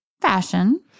fashion